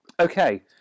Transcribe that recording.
Okay